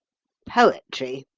poetry,